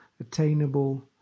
attainable